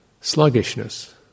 sluggishness